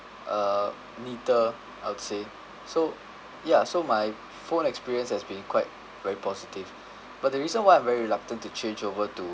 uh neater I would say so ya so my phone experience has been quite very positive but the reason why I'm very reluctant to change over to